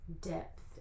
depth